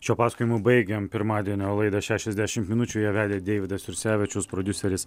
šiuo pasakojimu baigiame pirmadienio laidą šešiasdešimt minučių ją vedė deividas jursevičius prodiuseris